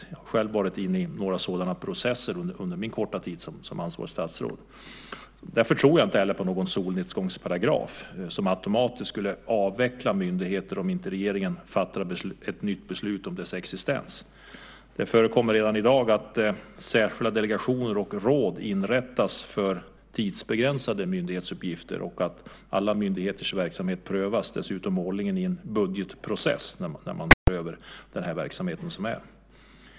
Jag har själv varit inne i några sådana processer under min korta tid som ansvarigt statsråd. Därför tror jag inte heller på en solnedgångsparagraf som automatiskt skulle avveckla en myndighet om inte regeringen fattade nytt beslut om dess vidare existens. Det förekommer redan i dag att särskilda delegationer och råd inrättas för tidsbegränsade myndighetsuppgifter. Dessutom prövas alla myndigheters verksamhet årligen i en budgetprocess där man går över den verksamhet som bedrivs.